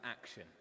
action